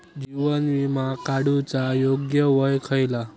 जीवन विमा काडूचा योग्य वय खयला?